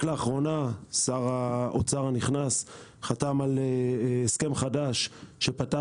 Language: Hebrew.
רק לאחרונה שר האוצר הנכנס חתם על הסכם חדש שפתח